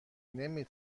نمی